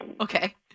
Okay